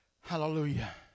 hallelujah